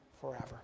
forever